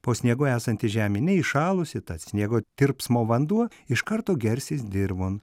po sniegu esanti žemė neįšalusi tad sniego tirpsmo vanduo iš karto gersis dirvon